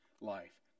life